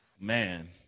man